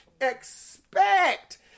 Expect